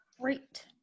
Great